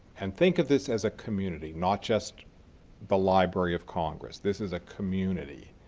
and think of this as a community, not just the library of congress. this is a community.